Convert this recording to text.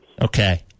Okay